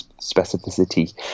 specificity